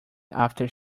after